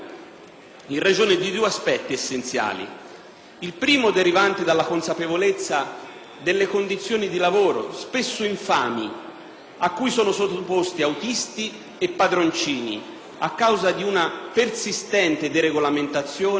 in ragione di due aspetti essenziali: il primo, derivante dalla consapevolezza delle condizioni di lavoro, spesso infami a cui sono sottoposti autisti e padroncini a causa di una persistente deregolamentazione